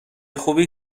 خوبی